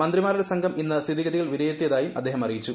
മന്ത്രിമാരുടെ സംഘം ഇന്ന് സ്ഥിതിഗതികൾ വിലയിരുത്തിയതായും അദ്ദേഹം അറിയിച്ചു